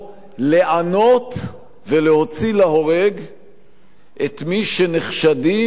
לענות ולהוציא להורג את מי שנחשדים בכך